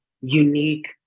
unique